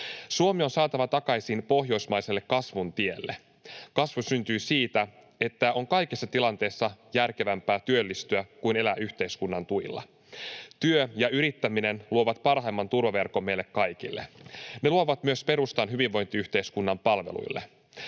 Suomi on saatava takaisin pohjoismaiselle kasvun tielle. Kasvu syntyy siitä, että on kaikissa tilanteissa järkevämpää työllistyä kuin elää yhteiskunnan tuilla. Työ ja yrittäminen luovat parhaimman turvaverkon meille kaikille. Ne luovat myös perustan hyvinvointiyhteiskunnan palveluille.